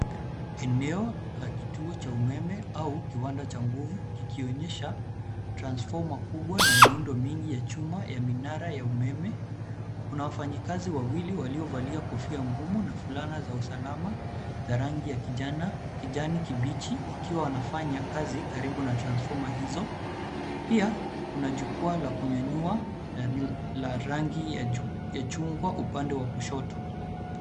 Eneo la kituo cha umeme au kiwanda cha nguvu kikionyesha transfoma kubwa na miundo mingi ya chuma ya minara ya umeme. Kuna wafanyikazi wawili waliovalia kofia ngumu na fulana za usalama za rangi ya kijani kibichi wakiwa wanafanya kazi karibu na transfoma hizo. Pia kuna jukwaa la kunyanyua la rangi ya chungwa upande wa kushoto.